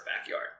backyard